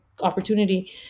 opportunity